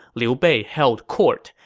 liu bei held court,